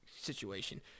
situation